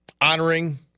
Honoring